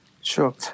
Sure